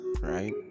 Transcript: right